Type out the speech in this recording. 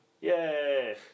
Yay